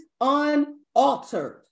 unaltered